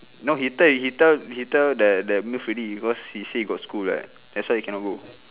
no he tell he tell he tell the the miss already because he said he got school right that's why he cannot go